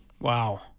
Wow